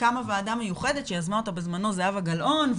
קמה ועדה מיוחדת שיזמה אותה בזמנו זהבה גלאון,